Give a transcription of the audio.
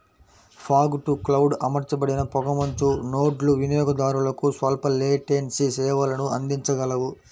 fog to cloud అమర్చబడిన పొగమంచు నోడ్లు వినియోగదారులకు స్వల్ప లేటెన్సీ సేవలను అందించగలవు